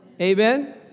Amen